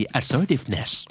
assertiveness